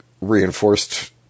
reinforced